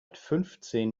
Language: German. fünfzehn